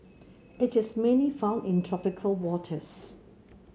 it is mainly found in tropical waters